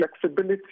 flexibility